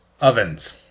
ovens